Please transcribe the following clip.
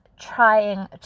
trying